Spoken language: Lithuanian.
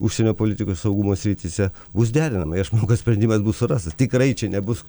užsienio politikos saugumo srityse bus derinama i aš manau kad sprendimas bus surastas tikrai čia nebus